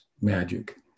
magic